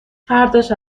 فرداش